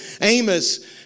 Amos